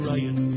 Ryan